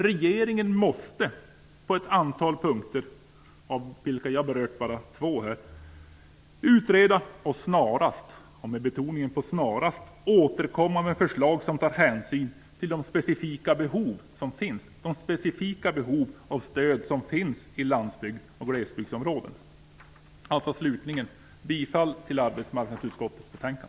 Regeringen måste på ett antal punkter, av vilka jag bara berört två, utreda och snarast återkomma med förslag där hänsyn tas till de specifika behov av stöd som finns i lands och glesbygdsområden. Slutligen yrkar jag bifall till arbetsmarknadsutskottets hemställan.